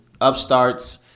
upstarts